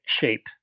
shape